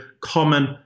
common